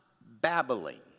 babbling